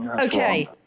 okay